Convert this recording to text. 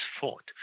fought